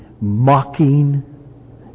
mocking